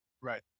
Right